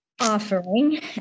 offering